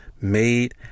made